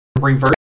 Reverse